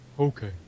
Okay